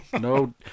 No –